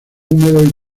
húmedos